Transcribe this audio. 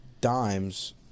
Dimes